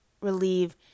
relieve